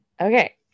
Okay